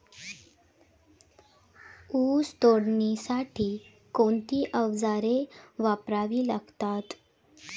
ऊस तोडणीसाठी कोणती अवजारे वापरावी लागतात?